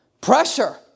Pressure